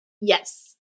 Yes